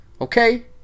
okay